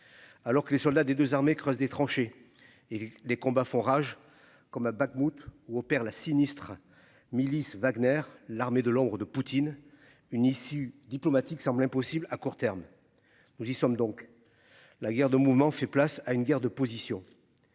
Alors que les soldats des 2 armées creusent des tranchées et les combats font rage comme à Bakhmout où opère la sinistre milice Wagner, l'armée de l'ombre de Poutine une issue diplomatique semble impossible à court terme. Nous y sommes donc. La guerre de mouvement fait place à une guerre de position.